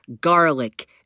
garlic